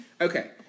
Okay